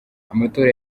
amatora